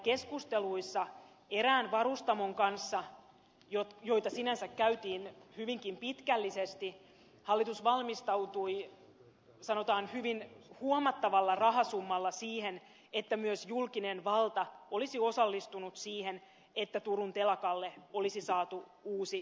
keskusteluissa erään varustamon kanssa joita sinänsä käytiin hyvinkin pitkällisesti hallitus valmistautui sanotaan hyvin huomattavalla rahasummalla siihen että myös julkinen valta olisi osallistunut siihen että turun telakalle olisi saatu uusi tilaus